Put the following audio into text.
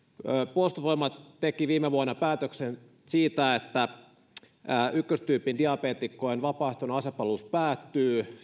puolustusvoimat teki viime vuonna päätöksen siitä että ykköstyypin diabeetikkojen vapaaehtoinen asepalvelus päättyy